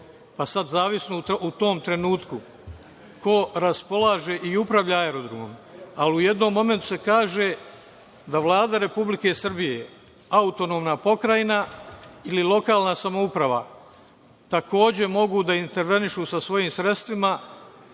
pa sad, zavisno u tom trenutku ko raspolaže i upravlja aerodromom, ali u jednom momentu se kaže da Vlada RS, autonomna pokrajina ili lokalna samouprava, takođe, mogu da intervenišu sa svojim sredstvima,